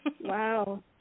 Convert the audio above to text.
Wow